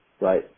right